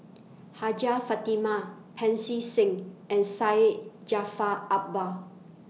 Hajjah Fatimah Pancy Seng and Syed Jaafar Albar